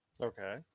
okay